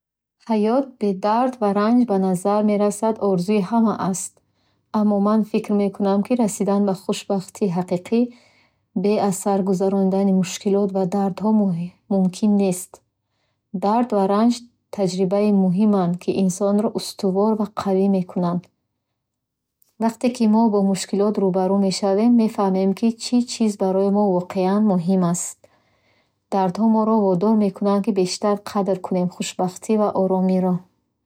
Ҳаёт бе дард ва ранҷ ба назар мерасад орзуи ҳама аст, аммо ман фикр мекунам, ки расидан ба хушбахтии ҳақиқӣ бе аз сар гузаронидани мушкилот ва дардҳо му- мумкин нест. Дард ва ранҷ таҷрибаи муҳиманд, ки инсонро устувор ва қавӣ мекунанд. Вақте ки мо бо мушкилот рӯ ба рӯ мешавем, мефаҳмем, ки чӣ чиз барои мо воқеан муҳим аст. Дардҳо моро водор мекунанд, ки бештар қадр кунем хушбахтӣ ва оромиро.